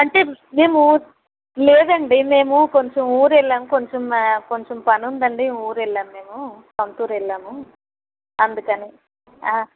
అంటే మేము లేదండి మేము కొంచెం ఊరు వెళ్ళాం కొంచెం కొంచెం పని ఉందండి ఊరు వెళ్ళాం మేము సొంత ఊరు వెళ్ళాము అందుకని